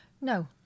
No